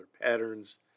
patterns